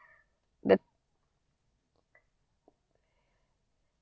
the